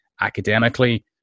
academically